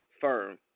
firm